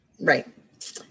Right